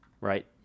right